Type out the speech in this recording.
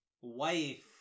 wife